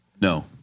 No